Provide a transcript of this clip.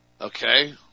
Okay